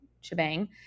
shebang